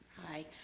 Hi